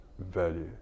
value